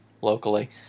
locally